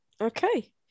Okay